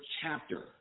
chapter